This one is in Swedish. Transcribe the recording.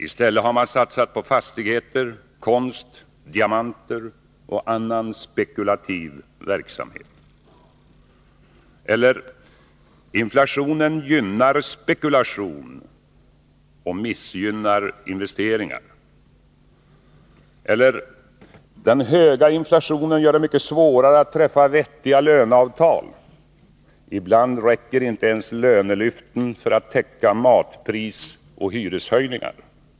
I stället har de satsat på fastigheter, konst, diamanter och annan spekulativ verksamhet. Eller också kan det uttryckas så här: Inflationen gynnar spekulation och missgynnar investeringar. Eller: Den höga inflationen gör det mycket svårare att träffa vettiga löneavtal. Ibland räcker inte ens lönelyften för att täcka matprisoch hyreshöjningar.